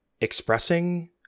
expressing